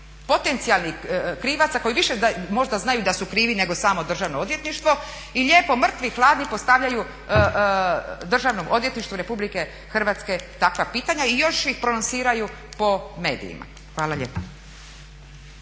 potencijalnih krivaca koji više možda znaju da su krivi nego samo Državno odvjetništvo i lijepo mrtvi hladni postavljaju Državnom odvjetništvu RH takva pitanja i još ih prolongiraju po medijima. Hvala lijepa.